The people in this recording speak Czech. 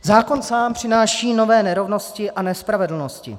Zákon sám přináší nové nerovnosti a nespravedlnosti.